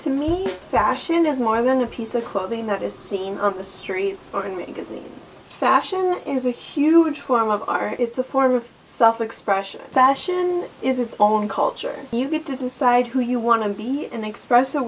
to me fashion is more than a piece of clothing that is seen on the streets or in magazines fashion is a huge one of our it's a form of self expression fashion is its own culture you didn't side who you want to be an espresso